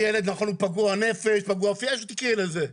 נכון שהוא פגוע נפש, איך שתקראי לזה.